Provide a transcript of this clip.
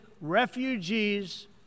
refugees